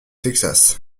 texas